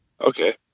Okay